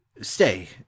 stay